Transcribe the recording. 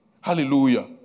Hallelujah